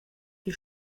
die